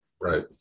Right